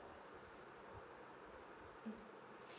mm